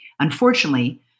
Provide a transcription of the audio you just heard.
Unfortunately